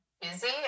Busy